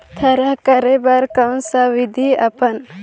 थरहा करे बर कौन सा विधि अपन?